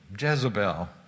Jezebel